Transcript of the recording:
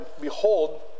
behold